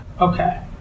Okay